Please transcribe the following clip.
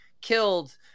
killed